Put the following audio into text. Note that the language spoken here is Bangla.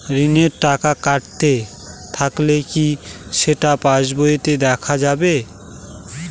ঋণের টাকা কাটতে থাকলে কি সেটা পাসবইতে দেখা যাবে?